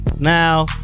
Now